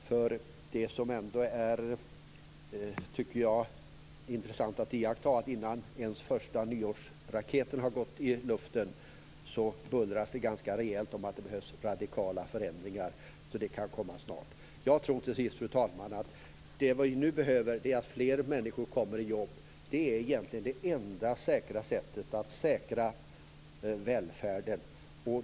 För det som ändå är intressant att iaktta, tycker jag, är att innan ens den första nyårsraketen har gått i luften så bullras det ganska rejält om att det behövs radikala förändringar, så de kan komma snart. Jag tror till sist, fru talman, att det vi nu behöver är att fler människor får jobb. Det är egentligen det enda säkra sättet att säkra välfärden.